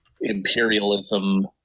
imperialism